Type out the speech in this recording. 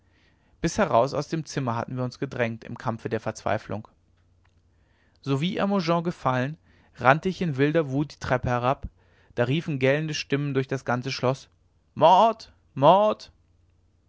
bis heraus aus dem zimmer hatten wir uns gedrängt im kampfe der verzweiflung sowie hermogen gefallen rannte ich in wilder wut die treppe herab da riefen gellende stimmen durch das ganze schloß mord mord